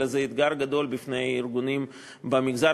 אלא זה אתגר גדול בפני ארגונים במגזר